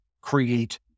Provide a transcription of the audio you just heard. create